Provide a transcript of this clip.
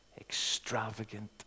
extravagant